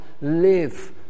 live